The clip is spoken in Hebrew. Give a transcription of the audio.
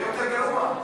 ויותר גרוע.